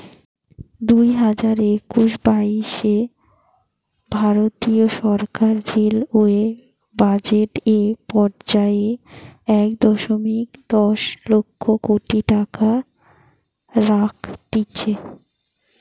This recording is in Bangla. দুইহাজার একুশ বাইশে ভারতীয় সরকার রেলওয়ে বাজেট এ পর্যায়ে এক দশমিক দশ লক্ষ কোটি টাকা রাখতিছে